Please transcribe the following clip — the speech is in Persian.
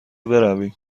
برویم